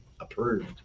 Approved